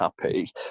happy